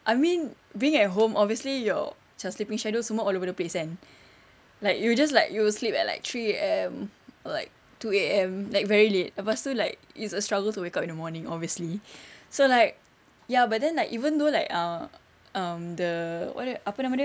I mean being at home obviously your macam sleeping schedule semua all over the place kan like you just like you will sleep at like three A_M like two A_M like very late lepastu like it's a struggle to wake up in the morning obviously so like ya but then like even though like uh um the what apa nama dia